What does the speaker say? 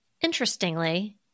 Interestingly